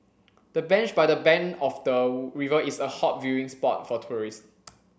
the bench by the bank of the river is a hot viewing spot for tourists